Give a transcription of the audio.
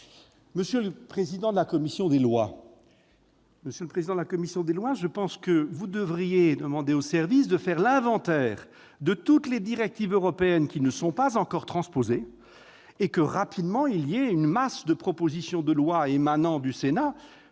Monsieur le président de la commission des lois, vous devriez demander aux services de faire l'inventaire de toutes les directives européennes qui n'ont pas encore été transposées, afin que, rapidement, une masse de propositions de loi émanant du Sénat